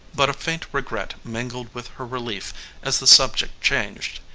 but a faint regret mingled with her relief as the subject changed.